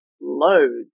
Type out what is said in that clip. loads